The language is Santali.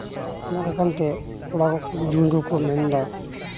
ᱚᱱᱟ ᱠᱚᱲᱟ ᱠᱚᱠᱚ ᱡᱩᱣᱟᱹᱱ ᱠᱚᱠᱚ ᱢᱮᱱᱫᱟ